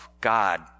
God